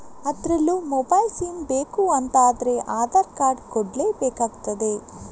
ಅದ್ರಲ್ಲೂ mobile SIM ಬೇಕು ಅಂತ ಆದ್ರೆ ಆಧಾರ್ ಕಾರ್ಡ್ ಕೊಡ್ಲೇ ಬೇಕಾಗ್ತದೆ